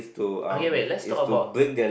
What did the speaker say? okay wait let's talk about